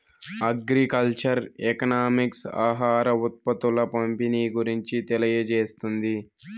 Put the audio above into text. agriculture economics ఆహార ఉత్పత్తుల పంపిణీ గురించి తెలియజేస్తుంది